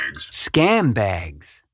Scambags